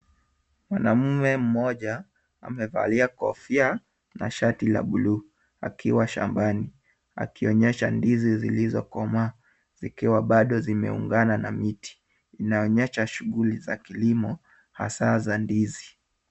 Mwanamume mmoja amevalia kofia na shati la buluu akiwa shambani, akionyesha ndizi zilizokomaa zikiwa bado zimeungana na miti. Inaonyesha shughuli za kilimo hasaa za ndizi.